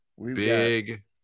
Big